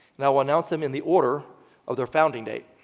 and i will announce them in the order of their founding date.